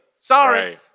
Sorry